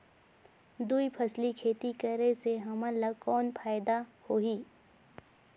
दुई फसली खेती करे से हमन ला कौन फायदा होही?